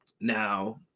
Now